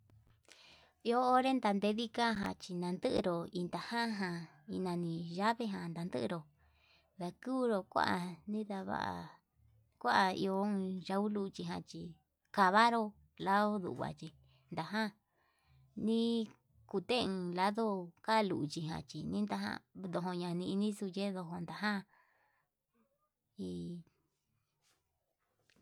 Iho onre tandenikaja china'a ndero itan janja inani llave jan, inandero nakuru kua ñava'a kua iho yau luchijan chí kavaru lau uvayii najan nikuten lado kalulijan chini tajan yunaninixu yendon ján, hi.